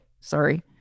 sorry